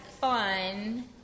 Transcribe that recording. fun